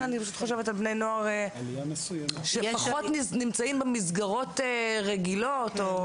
אני חושבת על בני נוער שפחות נמצאים במסגרות רגילות.